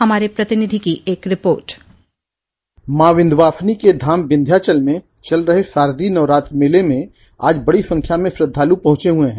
हमारे प्रतिनिधि की एक रिपोट डिस्पैच माँ विंध्यवासिनी के धाम विंध्याचल मे चल रहे शारदीय नवरात्र मेले मे आज बड़ी संख्या मे श्रधालु पहुँचे हुए है